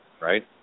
right